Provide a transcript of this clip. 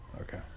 Okay